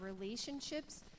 relationships